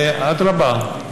אדרבה,